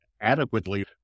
adequately